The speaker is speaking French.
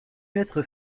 mettre